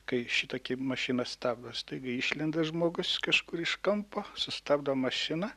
kai šitokia mašina stabdo staiga išlenda žmogus kažkur iš kampo sustabdo mašiną